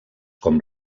com